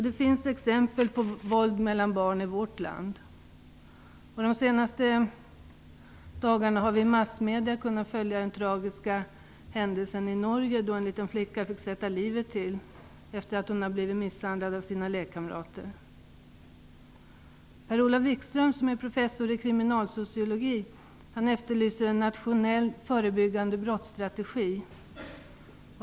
Det finns också exempel på våld mellan barn i vårt land, och under de senaste dagarna har vi i massmedia kunnat följa den tragiska händelsen i Norge, då en liten flicka fick sätta livet till, efter det att hon blivit misshandlad av sina lekkamrater. Per-Olof Wikström, professor i kriminalsociologi, efterlyser en nationell förebyggande brottsstrategi.